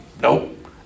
Nope